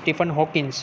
Stephen Hawkins